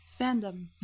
Fandom